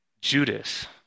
Judas